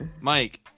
Mike